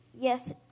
Yes